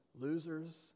losers